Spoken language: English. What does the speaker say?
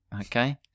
Okay